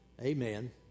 Amen